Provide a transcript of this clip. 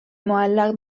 معلق